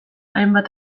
hainbat